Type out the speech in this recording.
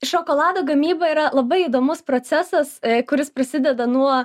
šokolado gamyba yra labai įdomus procesas kuris prasideda nuo